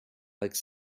like